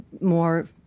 more